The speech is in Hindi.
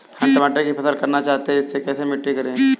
हम टमाटर की फसल करना चाहते हैं इसे कैसी मिट्टी में करें?